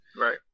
Right